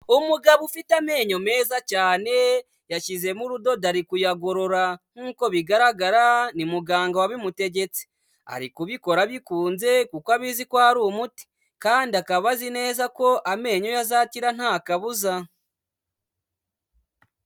Umugabo ufite amenyo meza cyane yashyizemo urudoda ari kuyagorora, nk'uko bigaragara ni muganga wabimutegetse, ari kubikora abikunze kuko abizi ko ari umuti kandi akaba azi neza ko amenyo ye azakira nta kabuza.